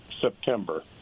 September